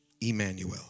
Emmanuel